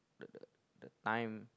the the the time